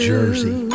Jersey